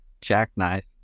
jackknife